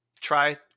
try